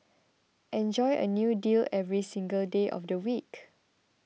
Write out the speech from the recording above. enjoy a new deal every single day of the week